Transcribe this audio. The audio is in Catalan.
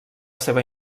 seva